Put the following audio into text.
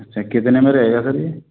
अच्छा कितने में रहेगा सर यह